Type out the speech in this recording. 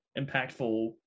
impactful